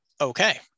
Okay